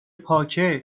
پاکه